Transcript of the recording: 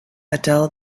adele